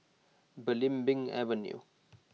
Belimbing Avenue